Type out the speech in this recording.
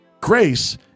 Grace